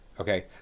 Okay